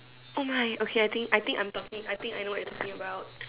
oh my okay I think I think I'm talking I think I know what you are talking about